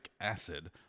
acid